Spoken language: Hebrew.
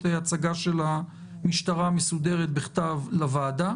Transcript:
הצגה מסודרת ובכתב של המשטרה לוועדה